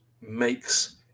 makes